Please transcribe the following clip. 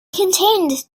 contained